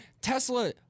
Tesla